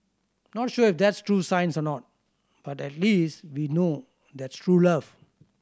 not sure if that's true science or not but at least we know that's true love